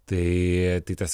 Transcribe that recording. tai tai tas